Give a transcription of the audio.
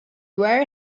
where